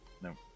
No